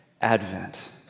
Advent